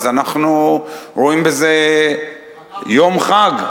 אז אנחנו רואים בזה יום חג,